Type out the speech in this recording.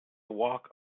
walk